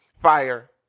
Fire